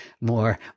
more